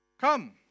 Come